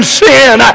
sin